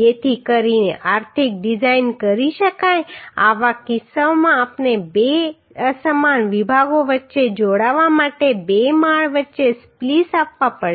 જેથી કરીને આર્થિક ડિઝાઇન કરી શકાય આવા કિસ્સાઓમાં આપણે બે અસમાન વિભાગો વચ્ચે જોડાવા માટે બે માળ વચ્ચે સ્પ્લિસ આપવા પડશે